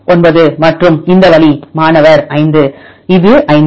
9 மற்றும் இந்த வழி மாணவர் 5 இது 5